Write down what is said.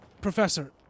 Professor